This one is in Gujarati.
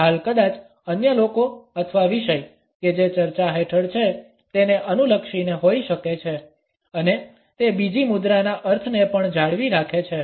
ઢાલ કદાચ અન્ય લોકો અથવા વિષય કે જે ચર્ચા હેઠળ છે તેને અનુલક્ષીને હોય શકે છે અને તે બીજી મુદ્રાના અર્થને પણ જાળવી રાખે છે